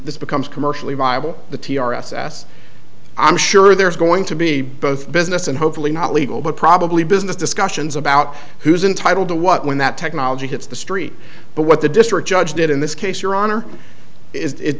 this becomes commercially viable the t r s s i'm sure there's going to be both business and hopefully not legal but probably business discussions about who's entitle to what when that technology hits the street but what the district judge did in this case your honor is it